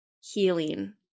healing